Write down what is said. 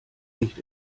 nicht